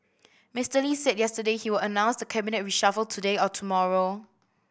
Mister Lee said yesterday he will announce the cabinet reshuffle today or tomorrow